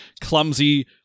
clumsy